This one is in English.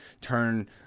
turn